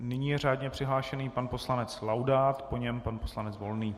Nyní je řádně přihlášený pan poslanec Laudát, po něm pan poslanec Volný.